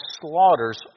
slaughters